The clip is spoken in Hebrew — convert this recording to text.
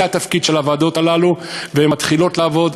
זה התפקיד של הוועדות הללו, והן מתחילות לעבוד.